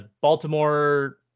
Baltimore